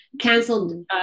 canceled